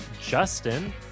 Justin